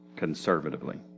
conservatively